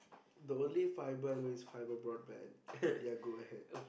the only fiber I know is fiber broadband but ya go ahead